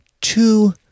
two